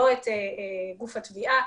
לא את גוף התביעה,